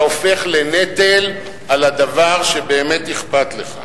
אתה הופך לנטל על הדבר שבאמת אכפת לך,